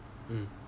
hmm